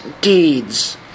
deeds